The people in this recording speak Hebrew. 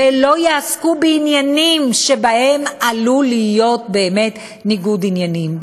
ולא יעסקו בעניינים שבהם עלול להיות באמת ניגוד עניינים.